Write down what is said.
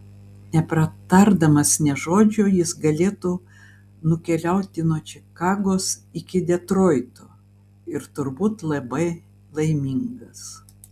nepratardamas nė žodžio jis galėtų nukeliauti nuo čikagos iki detroito ir turbūt labai laimingas